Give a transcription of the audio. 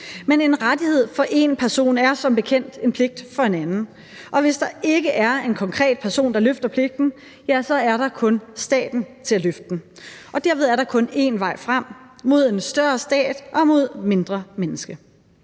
Men en rettighed for en person er som bekendt en pligt for en anden, og hvis der ikke er en konkret person, der løfter pligten, er der kun staten til at løfte den. Derved er der kun en vej frem: mod større stat og mod mindre menneske.